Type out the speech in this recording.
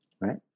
right